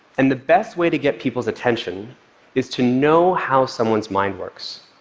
and the best way to get people's attention is to know how someone's mind works.